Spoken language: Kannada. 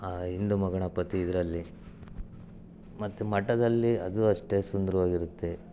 ಆ ಹಿಂದೂ ಮಹಾಗಣಪತಿ ಇದರಲ್ಲಿ ಮತ್ತು ಮಠದಲ್ಲಿ ಅದು ಅಷ್ಟೇ ಸುಂದರವಾಗಿರುತ್ತೆ